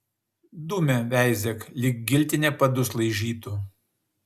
dumia veizėk lyg giltinė padus laižytų